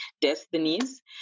destinies